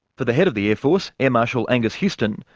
for the head of the air force, air marshal angus houston,